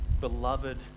beloved